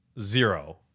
zero